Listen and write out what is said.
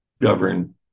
govern